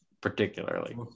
particularly